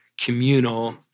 communal